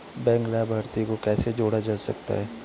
Bank लाभार्थी को कैसे जोड़ा जा सकता है?